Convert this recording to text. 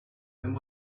and